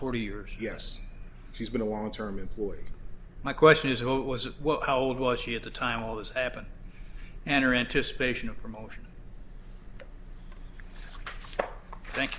forty years yes she's been a long term employee my question is what was how old was she at the time all this happened and her anticipation of promotion thank